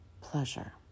pleasure